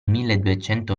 milleduecento